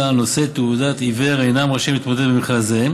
נושאי תעודת עיוור אינם רשאים להתמודד במכרז זה,